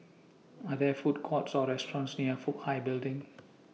Are There Food Courts Or restaurants near Fook Hai Building